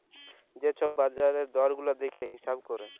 যে ছব বাজারের দর গুলা দ্যাইখে হিঁছাব ক্যরে